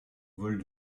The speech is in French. vole